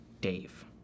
Dave